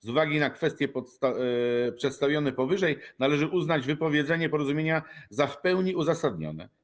Z uwagi na kwestie przedstawione powyżej należy uznać wypowiedzenie porozumienia za w pełni uzasadnione.